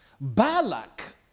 Balak